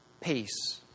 Peace